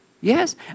Yes